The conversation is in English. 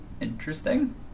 interesting